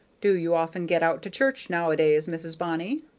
do you often get out to church nowadays, mrs. bonny?